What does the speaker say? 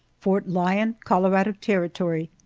fort lyon, colorado territory,